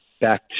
back